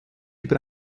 über